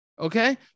Okay